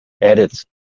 edits